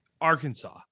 arkansas